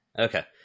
Okay